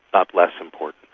not less important.